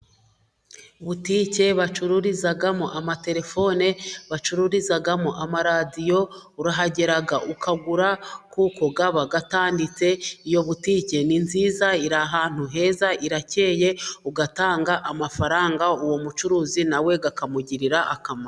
Butike bacururizamo amatelefone, bacururizamo amaradiyo, urahagera ukagura kuko aba atanditse, iyo butike ni nziza, iri ahantu heza irakeye, ugatanga amafaranga uwo mucuruzi na we akamugirira akamaro.